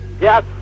Yes